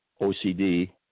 OCD